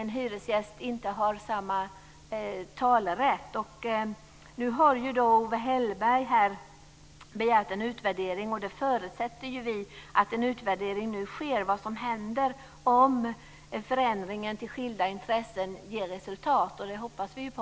En hyresgäst har inte samma talerätt. Nu har Owe Hellberg begärt en utvärdering, och vi förutsätter att en utvärdering nu sker av vad som händer om förändringen rörande skilda intressen ger resultat. Det hoppas vi ju på.